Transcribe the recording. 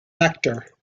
actor